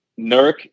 Nurk